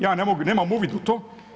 Ja nemam uvid u to.